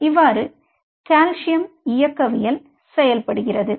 இவ்வாறு கால்சியம் இயக்கவியல் செயல்படுகிறது